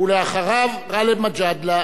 אחריו, גאלב מג'אדלה.